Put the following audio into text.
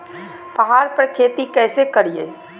पहाड़ पर खेती कैसे करीये?